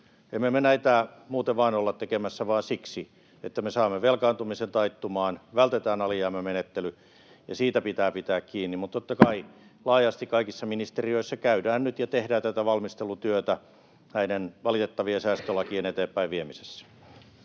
me näitä muuten vaan olla tekemässä vaan siksi, että me saamme velkaantumisen taittumaan, vältetään alijäämämenettely, ja siitä pitää pitää kiinni. Mutta totta kai laajasti kaikissa ministeriöissä nyt tehdään tätä valmistelutyötä näiden valitettavien säästölakien eteenpäin viemisessä.